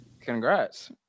congrats